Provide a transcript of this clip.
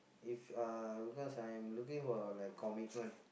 if uh because I'm looking for like commitment